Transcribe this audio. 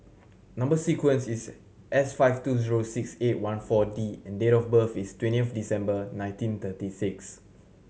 number sequence is S five two zero six eight one Four D and date of birth is twenty of December nineteen thirty six